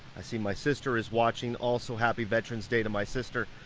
i see my sister is watching. also happy veterans day to my sister.